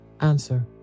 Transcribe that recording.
Answer